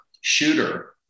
shooter